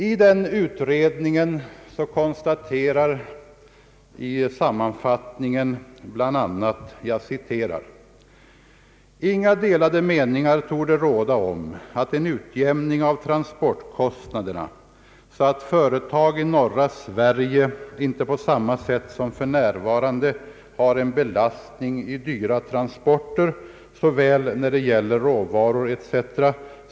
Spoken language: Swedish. I den utredningen konstateras i sammanfattningen bl.a.: »Inga delade meningar torde råda om att en utjämning av transportkostnaderna, så att företag i norra Sverige inte på samma sätt som för närvarande har en belastning i dyra transporter såväl när det gäller råvaror etc.